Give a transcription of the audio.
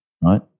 right